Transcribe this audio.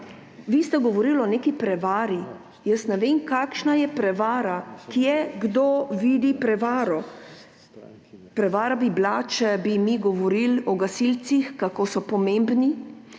Vi ste govorili o neki prevari. Jaz ne vem, kakšna je prevara, kje kdo vidi prevaro. Prevara bi bila, če bi mi govorili o gasilcih, kako so pomembni,